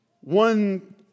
one